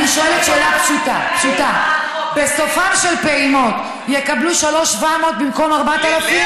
אני שואלת שאלה פשוטה: בסופן של פעימות יקבלו 3,700 במקום 4,000?